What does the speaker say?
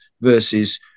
versus